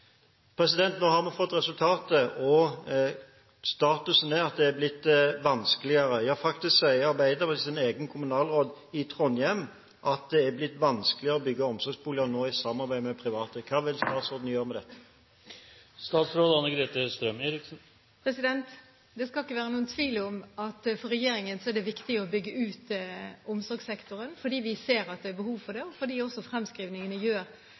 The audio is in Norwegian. Nå har vi fått resultatet, og status er at det er blitt vanskeligere. Ja, faktisk sier Arbeiderpartiet, ved sin egen kommunalråd i Trondheim, at det nå har blitt vanskeligere å bygge omsorgsboliger i samarbeid med private. Hva vil statsråden gjøre med dette? Det skal ikke være noen tvil om at for regjeringen er det viktig å bygge ut omsorgssektoren – fordi vi ser at det er behov for det, og fordi også fremskrivningene gjør